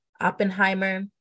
Oppenheimer